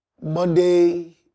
Monday